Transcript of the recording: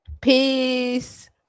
Peace